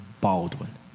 Baldwin